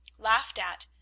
laughed at,